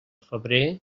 febrer